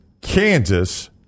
Kansas